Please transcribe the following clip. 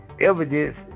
evidence